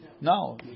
No